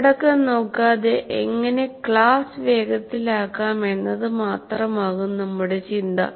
ഉള്ളടക്കം നോക്കാതെ എങ്ങിനെ ക്ലാസ് വേഗത്തിലാക്കാം എന്നത് മാത്രമാകും നമ്മുടെ ചിന്ത